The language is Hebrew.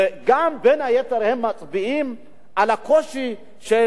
ובין היתר הם מצביעים גם על הקושי של